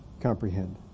comprehend